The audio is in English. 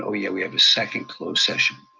oh yeah, we have a second closed session.